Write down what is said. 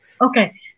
okay